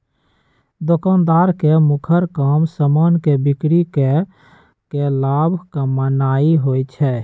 दोकानदार के मुखर काम समान के बिक्री कऽ के लाभ कमानाइ होइ छइ